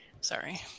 Sorry